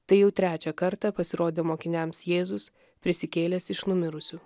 tai jau trečią kartą pasirodė mokiniams jėzus prisikėlęs iš numirusių